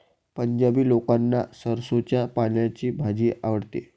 पंजाबी लोकांना सरसोंच्या पानांची भाजी आवडते